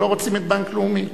הם לא רוצים את בנק לאומי?